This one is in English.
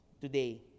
today